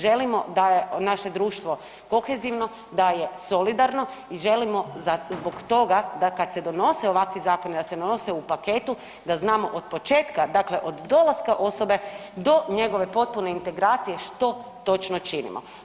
Želimo da je naše društvo kohezivno, da je solidarno i želimo zbog toga da kad se donose ovakvi zakoni da se donose u paketu da znamo od početka, dakle od dolaska osobe do njegove potpune integracije što potpuno činimo.